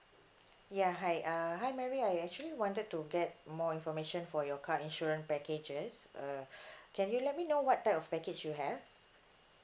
ya hi err hi mary I actually wanted to get more information for your car insurance packages uh can you let me know what type of package you have